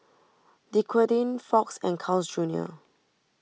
Dequadin Fox and Carl's Junior